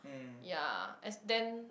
ya as then